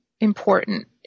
important